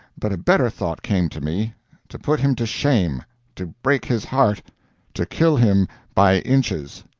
but a better thought came to me to put him to shame to break his heart to kill him by inches.